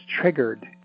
triggered